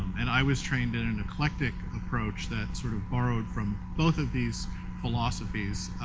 and i was trained in an eclectic approach that sort of borrowed from both of these philosophies